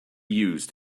used